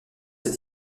ces